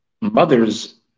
mother's